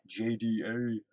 jda